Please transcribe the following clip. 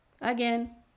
again